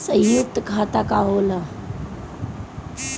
सयुक्त खाता का होला?